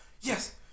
Yes